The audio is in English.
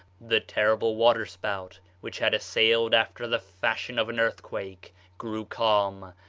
the terrible water-spout which had assailed after the fashion of an earthquake grew calm,